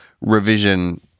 revision